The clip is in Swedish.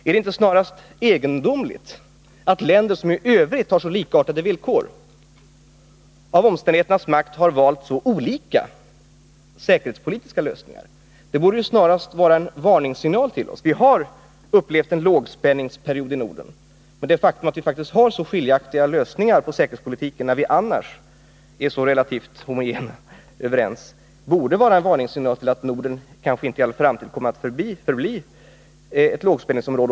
Är det inte snarast egendomligt att länder som i övrigt har så likartade villkor, av omständigheternas makt har valt så olika säkerhetspolitiska lösningar? Detta borde snarast vara en varningssignal för oss. Vi har i Norden upplevt en lågspänningsperiod. Men det faktum att vi trots allt har så skiljaktiga lösningar på det säkerhetspolitiska området när vi annars är så relativt överens borde vara en varningssignal. Norden kanske inte i all framtid kommer att förbli ett lågspänningsområde.